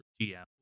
GM